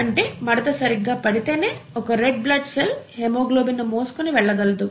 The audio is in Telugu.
అంటే మడత సరిగ్గా పడితేనే ఒక రెడ్ బ్లడ్ సెల్ హెమోగ్లోబిన్ ను మోసుకుని వెళ్లగలదు